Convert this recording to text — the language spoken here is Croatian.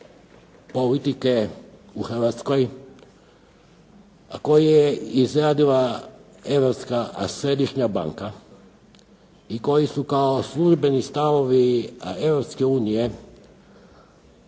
politike u Hrvatskoj“ koje je izradila europska Središnja banka i koji su kao službeni stavovi Europske unije